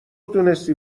تونستی